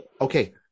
Okay